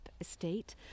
estate